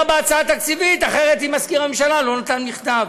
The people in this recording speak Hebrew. בהצעה תקציבית אם מזכיר הממשלה לא נתן מכתב?